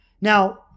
Now